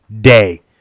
day